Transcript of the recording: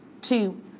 two